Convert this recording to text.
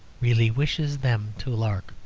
really wishes them to lark.